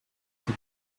your